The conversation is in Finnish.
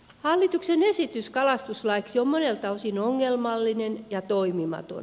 hallituksen esitys kalastuslaiksi on monelta osin ongelmallinen ja toimimaton